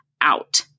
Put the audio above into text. out